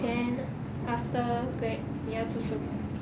then after grad 你要做什么